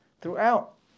throughout